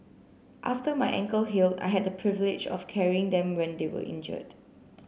after my ankle heal I had the privilege of carrying them when they were injured